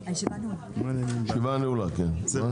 בשעה 09:00.